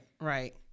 right